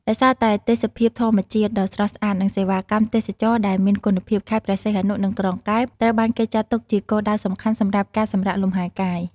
ដោយសារតែទេសភាពធម្មជាតិដ៏ស្រស់ស្អាត និងសេវាកម្មទេសចរណ៍ដែលមានគុណភាព ខេត្តព្រះសីហនុ និងក្រុងកែប ត្រូវបានគេចាត់ទុកជាគោលដៅសំខាន់ សម្រាប់ការសម្រាកលំហែកាយ។